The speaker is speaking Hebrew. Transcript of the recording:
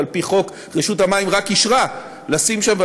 רשות המים רק אישרה לשים שם,